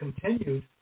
continued